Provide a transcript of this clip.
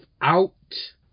out